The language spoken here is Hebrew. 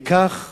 בכך